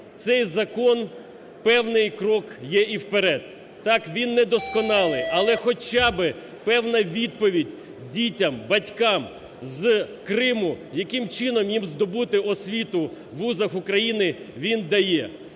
цей закон певний крок є вперед. Так, він недосконалий. Але хоча би певна відповідь дітям, батькам з Криму, яким чином їм здобути освіту в вузах України він дає.